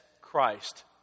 Christ